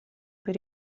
per